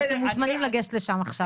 ואתם מוזמנים לגשת לשם עכשיו.